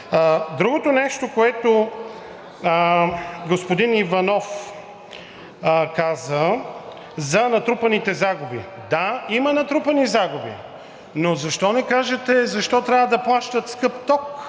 Другото нещо, което господин Иванов каза, за натрупаните загуби. Да, има натрупани загуби, но защо не кажете защо трябва да плащат скъп ток?